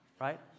right